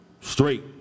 straight